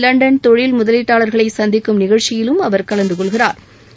London தொழில் முதலீட்டாளா்களை சந்திக்கும் நிகழ்ச்சியிலும் அவா் கலந்து கொள்கிறாா்